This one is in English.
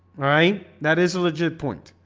right? that is a legit point.